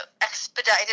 expedited